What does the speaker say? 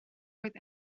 oedd